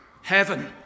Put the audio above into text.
Heaven